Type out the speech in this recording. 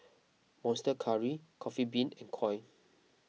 Monster Curry Coffee Bean and Koi